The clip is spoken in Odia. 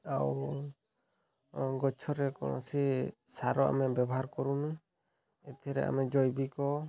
ଆଉ ଆଉ ଗଛରେ କୌଣସି ସାର ଆମେ ବ୍ୟବହାର କରୁନୁ ଏଥିରେ ଆମେ ଜୈବିକ